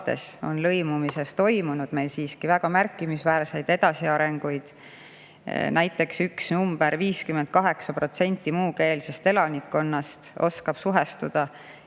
on lõimumises toimunud meil väga märkimisväärne edasiareng. Näiteks üks number: 58% muukeelsest elanikkonnast suhestuvad